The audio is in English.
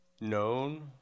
known